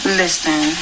listen